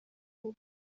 vuba